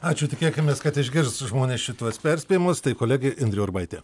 ačiū tikėkimės kad išgirs žmonės šituos perspėjimus kolegė indrė urbaitė